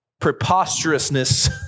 preposterousness